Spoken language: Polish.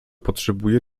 potrzebuje